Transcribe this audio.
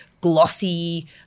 glossy